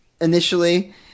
initially